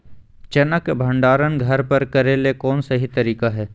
चना के भंडारण घर पर करेले कौन सही तरीका है?